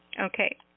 Okay